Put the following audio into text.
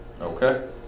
Okay